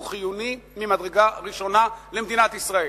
הוא חיוני ממדרגה ראשונה למדינת ישראל.